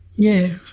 yeah,